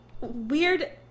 Weird